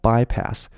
Bypass